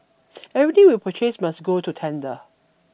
everything that we purchase must go to tender